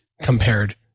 compared